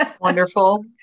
Wonderful